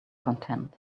content